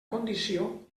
condició